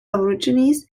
aborigines